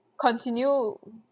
continue